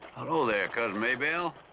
hello there, cousin maybelle.